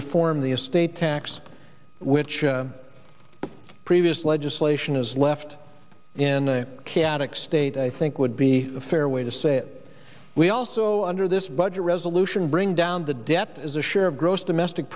reform the estate tax which in a previous legislation is left in a chaotic state i think would be a fair way to say it we also under this budget resolution bring down the debt as a share of gross domestic